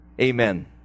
amen